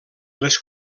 les